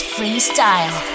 FreeStyle